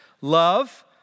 love